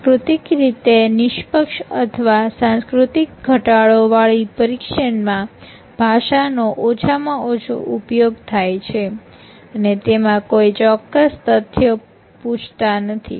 સાંસ્કૃતિક રીતે નિષ્પક્ષ અથવા સાંસ્કૃતિક ઘટાડો વાળી પરીક્ષણમાં ભાષાનો ઓછામાં ઓછો ઉપયોગ થાય છે અને તેમાં કોઈ ચોક્કસ તથ્યો પૂછતાં નથી